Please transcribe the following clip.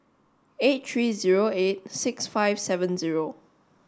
eight three zero eight six five seven zero